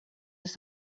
des